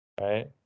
right